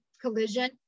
collision